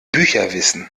bücherwissen